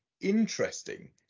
interesting